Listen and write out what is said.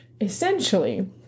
Essentially